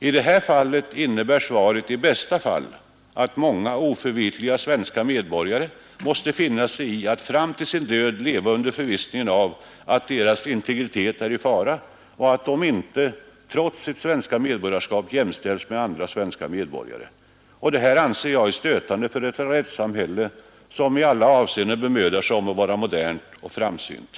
I ästa fall att många oförvitliga svenska den här frågan innebär svaret i medborgare måste finna sig i att fram till sin död leva i förvissningen att deras integritet är i fara och att de inte — trots sitt svenska medborgarskap — jämställs med andra svenska medborgare. Detta anser Nr 136 att vara modernt och framsynt.